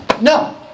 No